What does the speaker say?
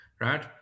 right